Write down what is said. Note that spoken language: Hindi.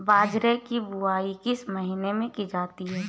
बाजरे की बुवाई किस महीने में की जाती है?